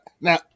now